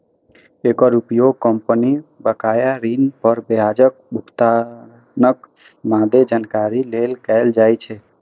एकर उपयोग कंपनी बकाया ऋण पर ब्याजक भुगतानक मादे जानकारी लेल कैल जाइ छै